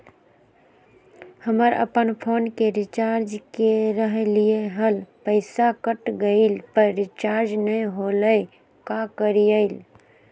हम अपन फोन के रिचार्ज के रहलिय हल, पैसा कट गेलई, पर रिचार्ज नई होलई, का करियई?